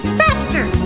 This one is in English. faster